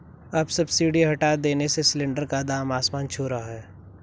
अब सब्सिडी हटा देने से सिलेंडर का दाम आसमान छू रहा है